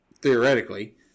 theoretically